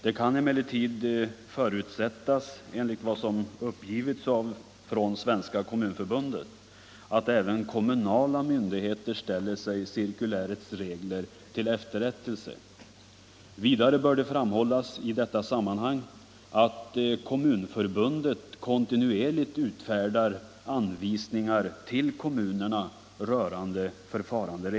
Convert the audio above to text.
Det kan emellertid, enligt vad som uppgivits från Svenska kommunförbundet, förutsättas att även kommunala myndigheter ställer sig cirkulärets regler till efterrättelse. Vidare bör det i detta sammanhang framhållas att Kommunförbundet kontinuerligt utfärdar anvisningar till kommunerna rörande olika förfaranden.